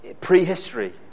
prehistory